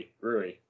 Rui